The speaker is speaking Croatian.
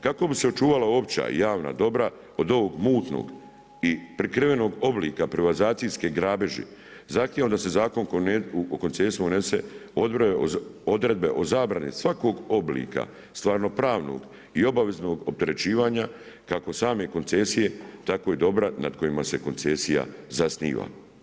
Kako bi se očuvalo opća i javna dobra od ovog mutnog i prikrivenog oblika privatizacijske grabeži, zahtijevam da se Zakon o koncesiji unese odredbe o zabrani svakog oblika stvarnopravnog i obaveznog opterećivanja kako same koncesije tako i dobra nad kojima se koncesija zasniva.